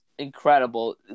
incredible